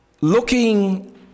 looking